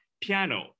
piano